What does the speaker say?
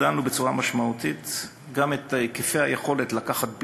והגדלנו בצורה משמעותית גם את היקפי היכולת לקחת ביטוחים,